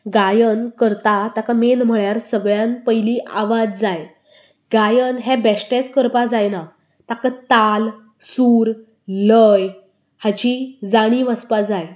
गायन करता ताका मेन म्हळ्यार सगळ्यांत पयलीं आवाज जाय गायन हे बेश्टेच करपाक जायना ताका ताल सूर लय हाची जाणीव आसपाक जाय